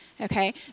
okay